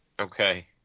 Okay